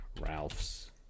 Ralph's